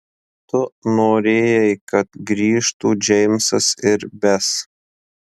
tu norėjai kad grįžtų džeimsas ir bes